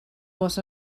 was